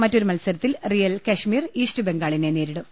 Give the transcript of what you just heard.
മറ്റൊരു മത്സരത്തിൽ Real Kashmir East ബംഗാളിനെ നേരിടും